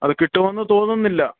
അത് കിട്ടുമെന്ന് തോന്നുന്നില്ല